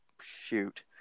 shoot